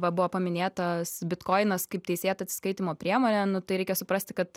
va buvo paminėtas bitkoinas kaip teisėta atsiskaitymo priemonė tai reikia suprasti kad